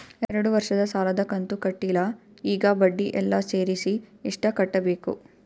ಎರಡು ವರ್ಷದ ಸಾಲದ ಕಂತು ಕಟ್ಟಿಲ ಈಗ ಬಡ್ಡಿ ಎಲ್ಲಾ ಸೇರಿಸಿ ಎಷ್ಟ ಕಟ್ಟಬೇಕು?